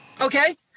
okay